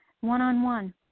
one-on-one